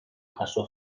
jaso